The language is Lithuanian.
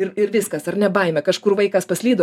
ir ir viskas ar ne baimė kažkur vaikas paslydo